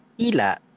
Ila